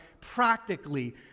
practically